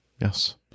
Yes